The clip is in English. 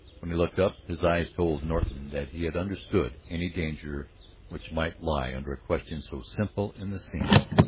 when he looked up, his eyes told norton that he had understood any danger which might lie under a question so simple in the seeming.